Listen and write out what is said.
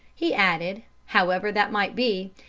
he added, however that might be,